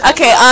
Okay